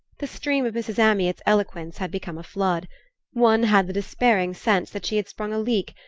the stream of mrs. amyot's eloquence had become a flood one had the despairing sense that she had sprung a leak,